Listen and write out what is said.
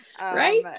Right